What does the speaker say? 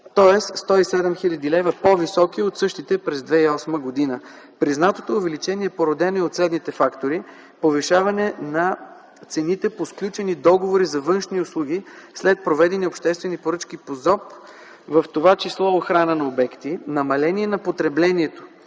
тоест 107 хил. лв. по-високи от същите през 2008 г. Признатото увеличение е породено от следните фактори: повишаване на цените по сключени договори за външни услуги след проведени обществени поръчки по ЗОП, в това число охрана на обекти; намаление на потреблението,